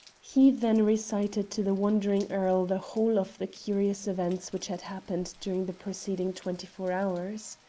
he then recited to the wondering earl the whole of the curious events which had happened during the preceding twenty-four hours.